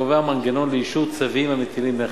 קובע מנגנון לאישור צווים המטילים מכס,